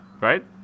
right